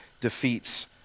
defeats